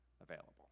available